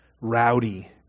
rowdy